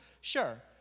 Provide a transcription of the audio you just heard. Sure